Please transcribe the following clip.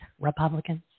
Republicans